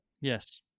yes